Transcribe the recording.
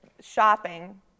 shopping